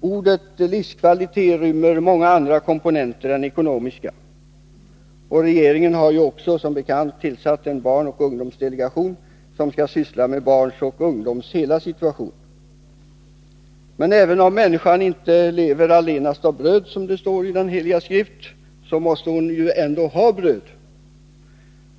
Ordet ”livskvalitet” rymmer många andra komponenter än ekonomiska. Regeringen har ju också tillsatt en barnoch ungdomsdelegation, som skall syssla med barns och ungdomars hela situation. Men även om människan inte lever allenast av bröd, som det står i Den heliga skrift, så måste hon ändock ha bröd.